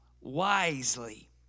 wisely